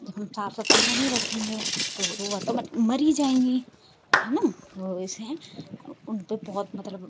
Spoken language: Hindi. जब हम साफ सफाई नहीं रखेंगे तो वो ऑटोमैटिक मर ही जाएँगी हैं ना तो ऐसे हैं और उन पे बहुत मतलब